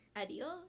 Adios